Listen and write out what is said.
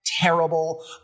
Terrible